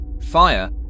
fire